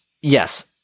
Yes